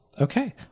okay